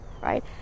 right